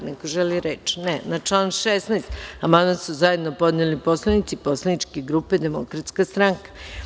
Da li neko želi reč? (Ne) Na član 16. amandman su zajedno podneli poslanici Poslaničke grupe Demokratska stranka.